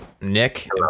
Nick